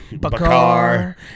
Bakar